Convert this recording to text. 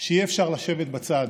שאי-אפשר לשבת בצד